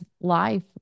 life